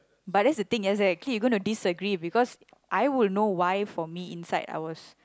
but that's the thing it's like K you're going disagree because I would know why for me inside I was